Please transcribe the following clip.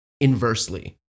inversely